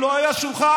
אם לא היה שולחן,